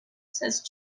says